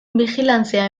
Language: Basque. bijilantzia